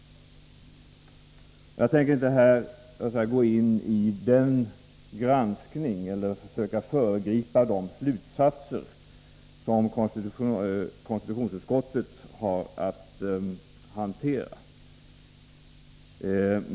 Jag tänker inte här söka föregripa konstitutionsutskottets granskning eller gå in på de slutsatser som utskottet har att dra.